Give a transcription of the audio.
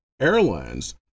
Airlines